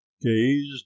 gazed